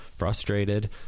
frustrated